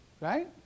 right